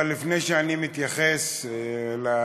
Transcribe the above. אבל לפני שאני מתייחס לעניין,